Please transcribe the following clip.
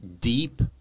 deep